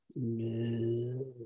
No